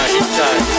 inside